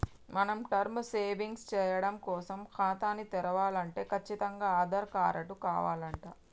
మనం term savings సేయడం కోసం ఖాతాని తెరవలంటే కచ్చితంగా ఆధార్ కారటు కావాలంట